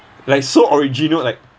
like so original like